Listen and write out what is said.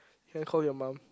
can I call your mum